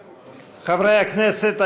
חברי הכנסת,